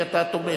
כי אתה תומך.